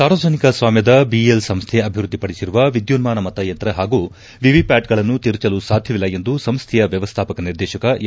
ಸಾರ್ವಜನಿಕ ಸ್ವಾಮ್ಯದ ಬಿಇಎಲ್ ಸಂಸ್ಥೆ ಅಭಿವೃದ್ಧಿ ಪಡಿಸಿರುವ ವಿದ್ಯುನ್ಮಾನ ಮತಯಂತ್ರ ಹಾಗೂ ವಿವಿಪ್ಯಾಟ್ಗಳನ್ನು ತಿರುಚಲು ಸಾಧ್ಯವಿಲ್ಲ ಎಂದು ಸಂಸ್ಥೆಯ ವ್ಯವಸ್ಥಾಪಕ ನಿರ್ದೇಶಕ ಎಂ